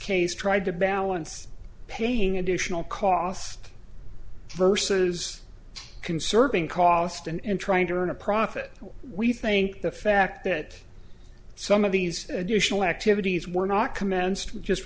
case tried to balance paying additional cost versus conserving cost and trying to earn a profit we think the fact that some of these additional activities were not commenced